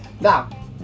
Now